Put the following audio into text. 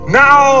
now